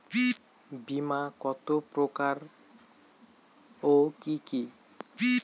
বীমা কত প্রকার ও কি কি?